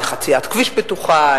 לחציית כביש בטוחה,